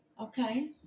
Okay